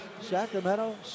Sacramento